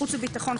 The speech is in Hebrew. חוץ וביטחון,